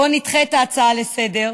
בוא נדחה את ההצעה לסדר-היום.